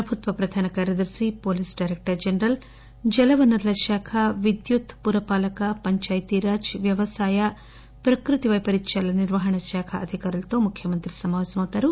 ప్రభుత్వ ప్రధాన కార్యదర్ని డీజీపీ జలవనరులశాఖ విద్యుత్ పురపాలక పంచాయతీరాజ్ వ్యవసాయ ప్రకృతి వైపరీత్యాల నిర్వహణ శాఖ అధికారులతో ముఖ్యమంత్రి సమాపేశం అవుతారు